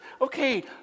okay